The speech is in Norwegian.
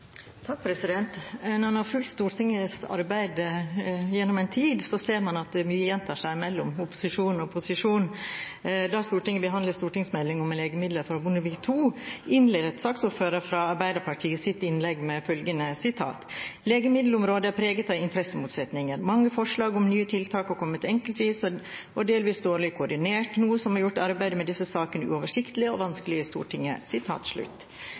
har fulgt Stortingets arbeid over en tid, ser man at mye gjentar seg mellom opposisjon og posisjon. Da Stortinget behandlet stortingsmeldingen om legemidler fra Bondevik II-regjeringen, innledet saksordføreren fra Arbeiderpartiet sitt innlegg med følgende: «Legemiddelområdet er preget av interessemotsetninger. Mange forslag om nye tiltak har kommet enkeltvis og delvis dårlig koordinert, noe som har gjort arbeidet med disse sakene uoversiktlig og vanskelig i Stortinget.»